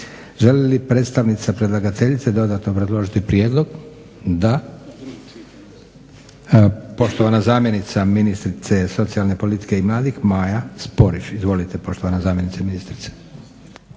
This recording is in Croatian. Želi li predstavnica predlagateljice dodatno obrazložiti prijedlog? Da. Poštovana zamjenice ministrice socijalne politike i mladih Maja Sporiš. Izvolite poštovana zamjenice ministrice.